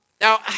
Now